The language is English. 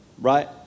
right